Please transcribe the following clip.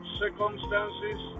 circumstances